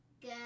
Good